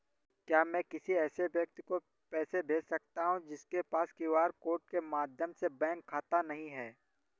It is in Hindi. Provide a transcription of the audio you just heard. क्या मैं किसी ऐसे व्यक्ति को पैसे भेज सकता हूँ जिसके पास क्यू.आर कोड के माध्यम से बैंक खाता नहीं है?